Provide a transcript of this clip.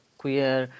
queer